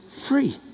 free